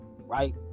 Right